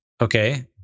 Okay